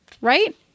right